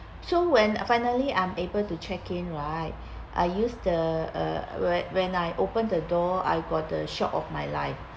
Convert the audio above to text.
so when finally I'm able to check in right I use the uh when when I open the door I got the shock of my life